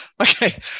Okay